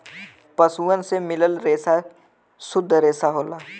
पसुअन से मिलल रेसा सुद्ध रेसा होला